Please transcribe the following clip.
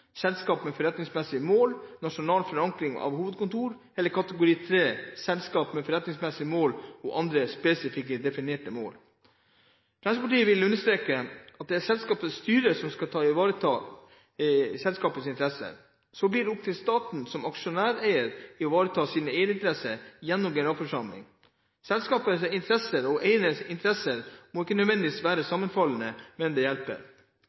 selskap med forretningsmessige mål og nasjonal forankring av hovedkontor, eller kategori 3, selskap med forretningsmessige mål og andre spesifikt definerte formål. Fremskrittspartiet vil understreke at det er selskapets styre som skal ivareta selskapets interesser, og så blir det opp til staten som aksjeeier å ivareta sine eierinteresser gjennom generalforsamlingen. Selskapets interesser og eiernes interesser må ikke nødvendigvis være sammenfallende, men det hjelper.